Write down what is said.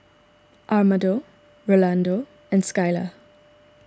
Amado Rolando and Skyla